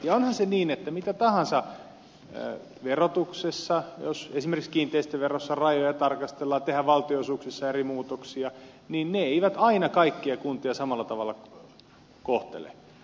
ja onhan se niin että tehdään mitä tahansa muutoksia verotuksessa jos esimerkiksi kiinteistöverossa rajoja tarkastellaan tehdään valtionosuuksissa eri muutoksia niin ne eivät aina kaikkia kuntia samalla tavalla kohtele